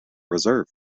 reserve